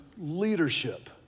leadership